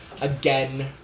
again